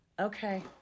Okay